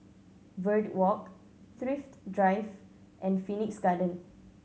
Verde Walk Thrift Drive and Phoenix Garden